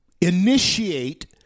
initiate